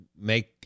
make